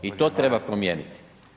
I to treba promijeniti.